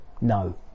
No